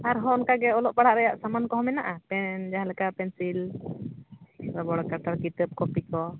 ᱟᱨᱦᱚᱸ ᱚᱱᱠᱟᱜᱮ ᱚᱞᱚᱜ ᱯᱟᱲᱦᱟᱜ ᱨᱮᱭᱟᱜ ᱥᱟᱢᱟᱱ ᱠᱚᱦᱚᱸ ᱢᱮᱱᱟᱜᱼᱟ ᱯᱮᱱ ᱡᱟᱦᱟᱸ ᱞᱮᱠᱟ ᱯᱮᱱᱥᱤᱞ ᱨᱚᱵᱚᱲ ᱠᱟᱴᱟᱨ ᱠᱤᱛᱟᱹᱵ ᱠᱚᱯᱤ ᱠᱚ